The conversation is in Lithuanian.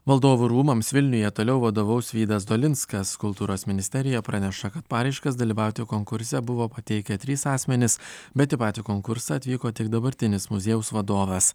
valdovų rūmams vilniuje toliau vadovaus vydas dolinskas kultūros ministerija praneša kad paraiškas dalyvauti konkurse buvo pateikę trys asmenys bet į patį konkursą atvyko tik dabartinis muziejaus vadovas